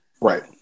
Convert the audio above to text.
Right